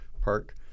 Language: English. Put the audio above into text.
Park